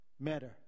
matter